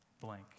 blank